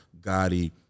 Gotti